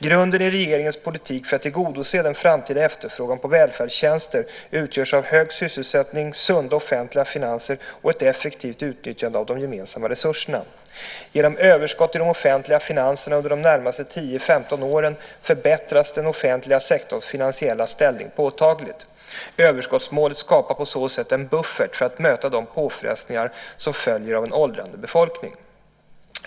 Grunden i regeringens politik för att tillgodose den framtida efterfrågan på välfärdstjänster utgörs av hög sysselsättning, sunda offentliga finanser och effektivt utnyttjande av de gemensamma resurserna. Genom överskott i de offentliga finanserna under de närmaste 10-15 åren förbättras den offentliga sektorns finansiella ställning påtagligt. Överskottsmålet skapar på så sätt en buffert för att möta de påfrestningar som följer av en åldrande befolkning.